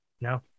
No